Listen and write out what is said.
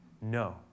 No